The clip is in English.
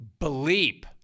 Bleep